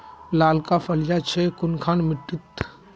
लालका फलिया छै कुनखान मिट्टी त?